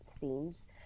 themes